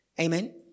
Amen